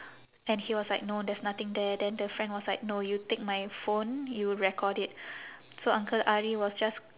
and he was like no there's nothing there then the friend was like no you take my phone you record it so uncle ari was just